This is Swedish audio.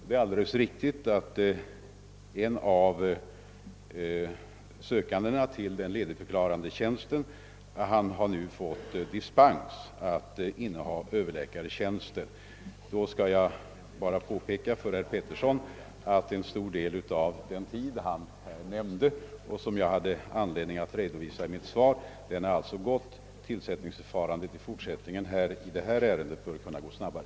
Det är alldeles riktigt att en av sökandena av den ledigförklarade tjänsten nu fått dispens för att inneha överläkartjänsten. Jag vill bara påpeka för herr Petersson att en stor del av den tid som han nämnde och som jag hade anledning att redovisa i mitt svar redan har förflutit. Den fortsatta tiden för tillsättningsförfarandet i detta ärende bör kunna bli kortare.